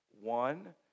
One